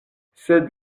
sed